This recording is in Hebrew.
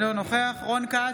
אינו נוכח רון כץ,